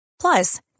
Plus